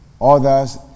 Others